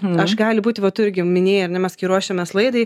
aš gali būti vat tu irgi jau minėjai ar ne mes kai ruošėmės laidai